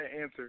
answer